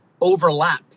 overlap